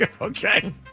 Okay